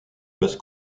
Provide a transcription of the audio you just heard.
basse